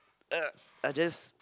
I just